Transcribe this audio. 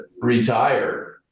retire